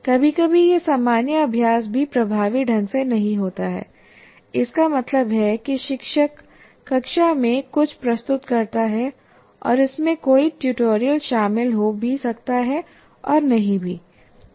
कभी कभी यह सामान्य अभ्यास भी प्रभावी ढंग से नहीं होता है इसका मतलब है कि शिक्षक कक्षा में कुछ प्रस्तुत करता है और इसमें कोई ट्यूटोरियल शामिल हो भी सकता है और नहीं भी